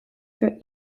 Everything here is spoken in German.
für